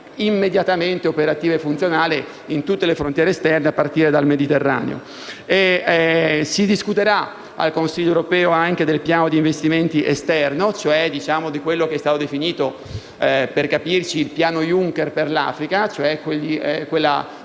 immediatamente operativa e funzionale in tutte le frontiere esterne, a partire dal Mediterraneo. Si discuterà al Consiglio europeo anche del piano di investimenti esterno, quello che è stato definito il piano Juncker per l'Africa, vale a